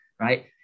Right